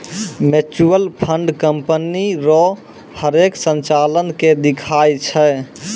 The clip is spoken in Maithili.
म्यूचुअल फंड कंपनी रो हरेक संचालन के दिखाय छै